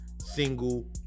single